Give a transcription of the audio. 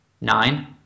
nine